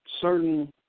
certain